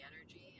energy